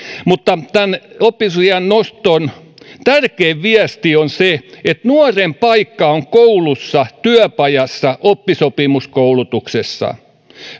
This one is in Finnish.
tämän oppivelvollisuusiän noston tärkein viesti on se että nuoren paikka on koulussa työpajassa oppisopimuskoulutuksessa